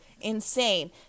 Insane